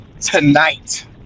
tonight